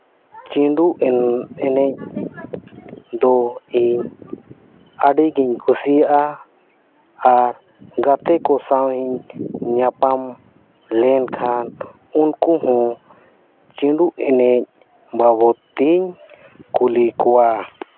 ᱪᱷᱤᱸᱰᱩ ᱮᱱᱮᱡ ᱫᱚ ᱤᱧ ᱟᱹᱰᱤ ᱜᱤᱧ ᱠᱩᱥᱤᱭᱟᱜᱼᱟ ᱟᱨ ᱜᱟᱛᱮ ᱠᱚ ᱥᱟᱶ ᱤᱧ ᱧᱟᱯᱟᱢ ᱞᱮᱱᱠᱷᱟᱱ ᱩᱱᱠᱩ ᱦᱚᱸ ᱪᱷᱤᱸᱰᱩ ᱮᱱᱮᱡ ᱵᱟᱵᱚᱫ ᱛᱤᱧ ᱠᱩᱞᱤ ᱠᱚᱣᱟ